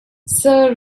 sir